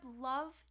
love